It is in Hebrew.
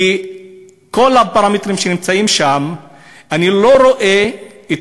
כי בכל הפרמטרים שנמצאים שם אני לא רואה,